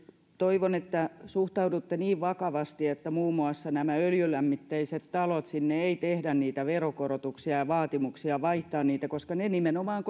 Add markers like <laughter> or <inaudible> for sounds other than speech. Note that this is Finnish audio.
toivon että suhtaudutte niin vakavasti että muun muassa öljylämmitteisiin taloihin ei tehdä veronkorotuksia ja vaatimuksia vaihtaa niitä koska tämä asia nimenomaan <unintelligible>